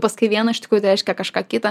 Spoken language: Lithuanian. pasakai viena iš tikrųjų tai reiškia kažką kita